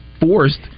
forced